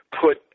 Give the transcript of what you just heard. put